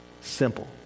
simple